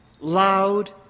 loud